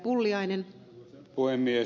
arvoisa puhemies